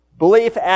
belief